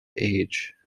age